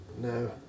No